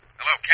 Hello